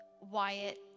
wyatt